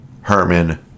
Herman